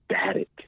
static